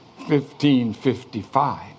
1555